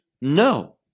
no